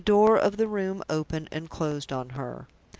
the door of the room opened, and closed on her.